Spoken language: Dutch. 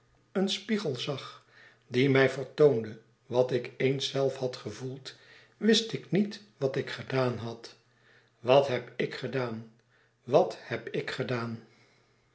een spiegel zag die mij vertoonde wat ik eens zelf had gevoeld wist ik niet wat ik gedaan had wat heb ik gedaan wat heb ik gedaan